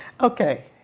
Okay